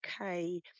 okay